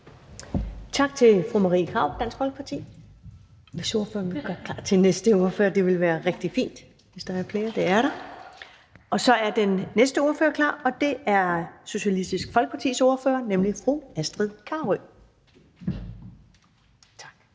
Tak til fru Marie Krarup, Dansk Folkeparti. Hvis ordføreren vil gøre klar til næste ordfører, vil det være rigtig fint. Den næste ordfører er klar, og det er Socialistisk Folkepartis ordfører, nemlig fru Astrid Carøe. Kl.